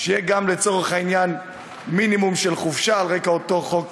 שיהיה מינימום של חופשה, על רקע אותו חוק,